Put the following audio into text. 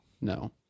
No